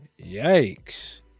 Yikes